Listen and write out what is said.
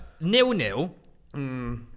nil-nil